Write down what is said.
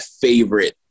favorite